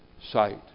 sight